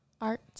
art